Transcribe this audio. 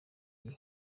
gihe